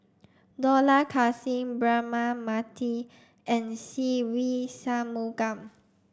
Dollah Kassim Braema Mathi and Se Ve Shanmugam